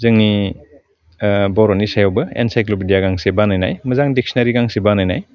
जोंनि बर'नि सायावबो एनसाइक्ल'बेदिया गांसे बानायनाय मोजां डिक्सनारि गांसे बानायनाय